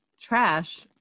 trash